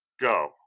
go